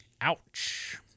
Ouch